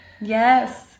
Yes